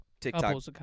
TikTok